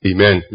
Amen